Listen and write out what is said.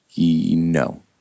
no